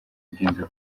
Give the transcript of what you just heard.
byenda